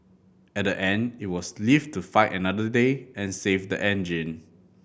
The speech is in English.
at the end it was live to fight another day and save the engine